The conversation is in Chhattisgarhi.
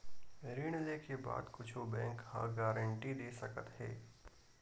ऋण लेके बाद कुछु बैंक ह का गारेंटी दे सकत हे?